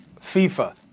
FIFA